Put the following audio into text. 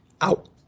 out